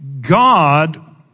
God